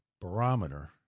barometer